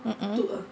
mm mm